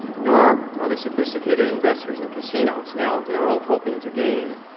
nor are they sophisticated investors in casinos. now they are all hoping to gain.